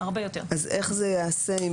איך זה ייעשה?